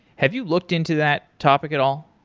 have you looked into that topic at all?